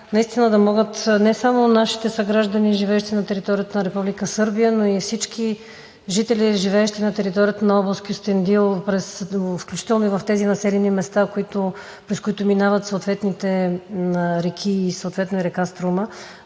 наистина да могат не само нашите съграждани, живеещи на територията на Република Сърбия, но и всички жители, живеещи на територията на област Кюстендил, включително и в тези населени места, през които минават съответните реки и съответно река Струма,